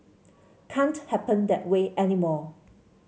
can't happen that way anymore